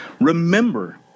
remember